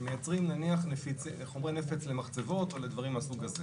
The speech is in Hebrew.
שהם מייצרים נניח חומרי נפץ למחצבות או לדברים מהסוג הזה